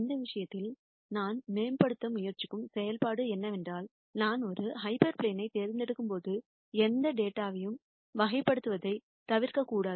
இந்த விஷயத்தில் நான் மேம்படுத்த முயற்சிக்கும் செயல்பாடு என்னவென்றால் நான் ஒரு ஹைப்பர் பிளேனைத் தேர்ந்தெடுக்கும்போது எந்த டேட்டாவையும் வகைப்படுத்துவதைத் தவறவிடக்கூடாது